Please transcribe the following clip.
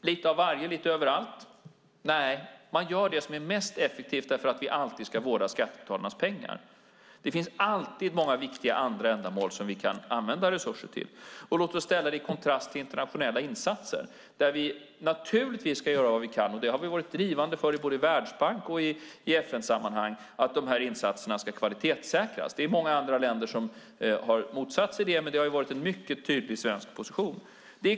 Lite av varje lite överallt? Nej, vi gör det som är mest effektivt eftersom vi alltid ska vårda skattebetalarnas pengar; det finns alltid andra viktiga ändamål som vi kan använda resurser till. Låt oss ställa det i kontrast till internationella insatser där vi naturligtvis ska göra vad vi kan. Vi har både i Världsbanken och i FN-sammanhang varit drivande för att dessa insatser ska kvalitetssäkras. Många andra länder har en motsatt syn, men det har varit en mycket tydlig svensk position.